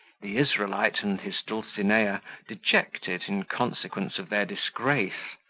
the israelite and his dulcinea dejected in consequence of their disgrace,